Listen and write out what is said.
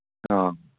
ꯑꯥ